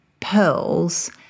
pearls